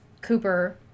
cooper